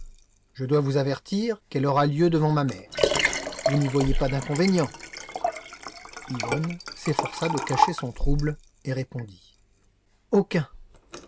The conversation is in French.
je dois vous avertir qu'elle aura lieu devant ma mère vous n'y voyez pas d'inconvénient yvonne s'efforça de cacher son trouble et répondit aucun